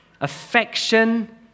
affection